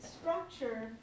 structure